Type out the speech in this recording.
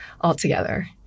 altogether